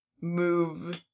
move